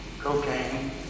cocaine